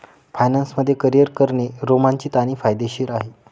finance मध्ये career करणे रोमांचित आणि फायदेशीर आहे